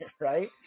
right